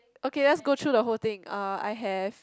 okay lets go through the whole thing uh I have